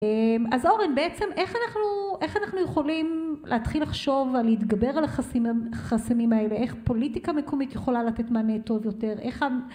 אז אורן בעצם איך אנחנו יכולים להתחיל לחשוב ולהתגבר על החסמים האלה איך פוליטיקה מקומית יכולה לתת מענה טוב יותר, איך ה..